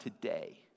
today